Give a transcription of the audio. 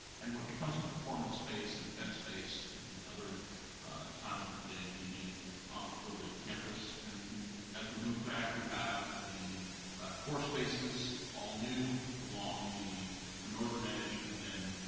and what becomes a performance space, an event space in other times of the day and evening for the campus, and as we move back, we have the core spaces, all new, along the northern edge, and then,